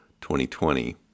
2020